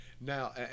Now